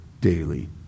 daily